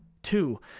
Two